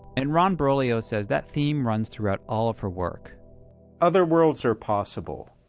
and ron broglio says that theme runs throughout all of her work other worlds are possible,